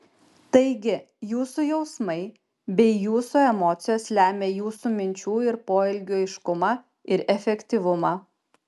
taigi jūsų jausmai bei jūsų emocijos lemia jūsų minčių ir poelgių aiškumą ir efektyvumą